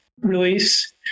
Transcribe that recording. release